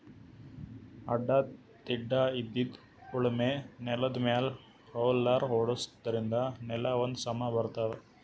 ಅಡ್ಡಾ ತಿಡ್ಡಾಇದ್ದಿದ್ ಉಳಮೆ ನೆಲ್ದಮ್ಯಾಲ್ ರೊಲ್ಲರ್ ಓಡ್ಸಾದ್ರಿನ್ದ ನೆಲಾ ಒಂದ್ ಸಮಾ ಬರ್ತದ್